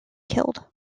killed